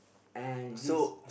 and this